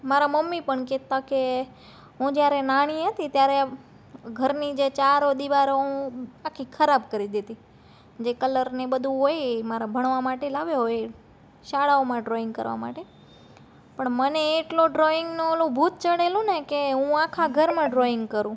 મારા મમ્મી પણ કહેતાં કે હું જ્યારે નાની હતી ત્યારે ઘરની જે ચારો દીવારો હું આખી ખરાબ કરી દેતી જે કલરને બધું હોય મારા ભણવા માટે લાવ્યા હોય એ શાળાઓમાં ડ્રોઇંગ કરવા માટે પણ મને ડ્રોઇંગનું એટલું પેલું ભૂત ચડેલું ને કે હું આખા ઘરમાં ડ્રોઇંગ કરું